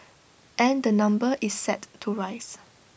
and the number is set to rise